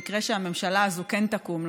למקרה שהממשלה הזאת כן תקום,